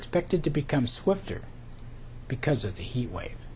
expected to become swifter because of the heat wave